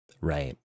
right